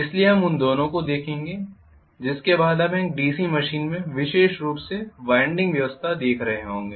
इसलिए हम उन दोनों को देखेंगे जिसके बाद हम एक डीसी मशीन में विशेष रूप से वाइंडिंग व्यवस्था देख रहे होंगे